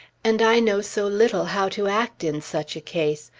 and i know so little how to act in such a case,